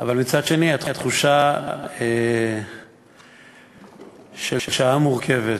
אבל מצד שני, התחושה של שעה מורכבת,